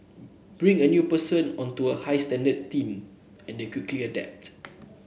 bring a new person onto a high standard team and they'll quickly adapt